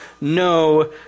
no